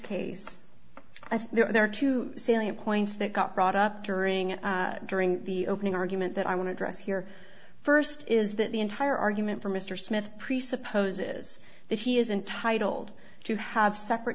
case i think there are two salient points that got brought up during during the opening argument that i want to dress here first is that the entire argument for mr smith presupposes that he is entitled to have separate